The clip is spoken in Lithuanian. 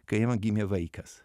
kai jam gimė vaikas